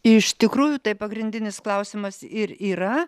iš tikrųjų tai pagrindinis klausimas ir yra